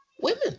women